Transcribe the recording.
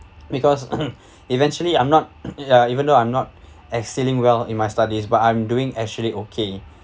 because eventually I'm not even though I'm not exceling well in my studies but I'm doing actually okay